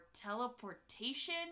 teleportation